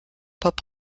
pop